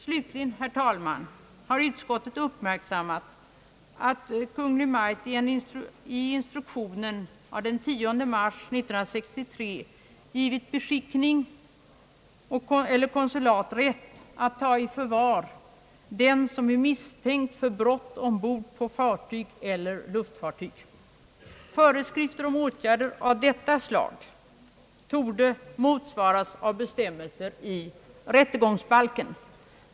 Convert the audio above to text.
Slutligen, herr talman, har utskottet uppmärksammat att Kungl. Maj:t i instruktionen av den 10 mars 1963 har givit beskickning eller konsulat rätt att ta i förvar den som är misstänkt för brott ombord på fartyg eller luftfartyg. Föreskrifter om åtgärder av detta slag torde motsvaras av bestämmelser i rättegångsbalken.